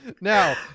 now